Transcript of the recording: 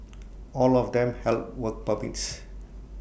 all of them held work permits